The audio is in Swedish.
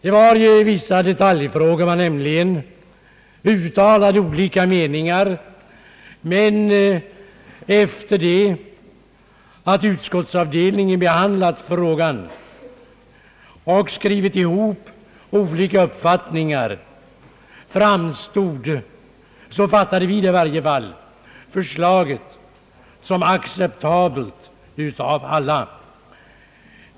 I vissa detaljfrågor uttalades visserligen olika meningar, men sedan avdelningen behandlat frågan och skrivit ihop olika uppfattningar framstod förslaget som acceptabelt för alla. Åtminstone uppfattades saken så av majoriteten.